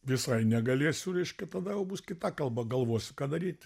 visai negalėsiu reiškia tada jau bus kita kalba galvosiu ką daryt